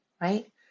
right